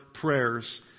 prayers